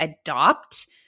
adopt